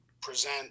present